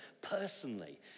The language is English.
personally